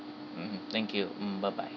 mmhmm thank you mm bye bye